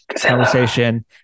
conversation